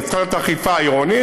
זו צריכה להיות אכיפה עירונית,